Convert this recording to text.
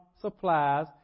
supplies